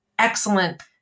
excellent